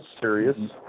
serious